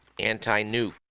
anti-nuke